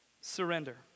surrender